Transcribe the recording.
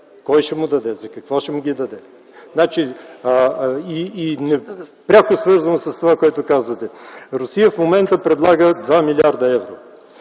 Кой ще му даде, за какво ще му ги даде? И пряко свързано с това, което казвате, Русия в момента предлага 2 млрд. евро.